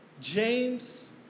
James